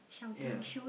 yeah